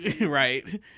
Right